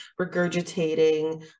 regurgitating